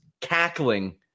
cackling